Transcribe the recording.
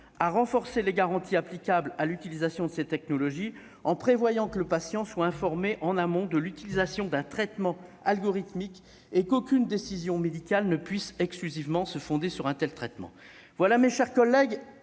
a renforcé les garanties applicables à l'utilisation de ces technologies, en prévoyant que le patient soit informé en amont de l'utilisation d'un traitement algorithmique et qu'aucune décision médicale ne puisse exclusivement se fonder sur un tel traitement. Mes chers collègues,